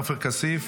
עופר כסיף,